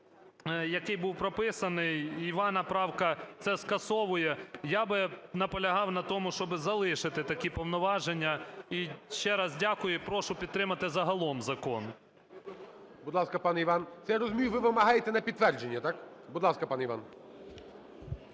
який був прописаний, Івана правка це скасовує. Я би наполягав на тому, щоби залишити такі повноваження. І ще раз дякую, і прошу підтримати загалом закон. ГОЛОВУЮЧИЙ. Будь ласка, пане Іван. Це, я розумію, ви вимагаєте на підтвердження. Так? Будь ласка, пане Іван.